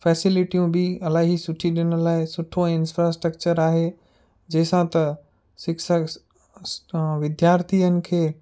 फ़ैसिलिटियूं बि अलाई सुठी ॾिनल आहे सुठो इंस्ट्रास्ट्रक्चर जंहिं सां त शिक्षा विद्यार्थियुनि खे